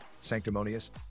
sanctimonious